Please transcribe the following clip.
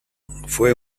fue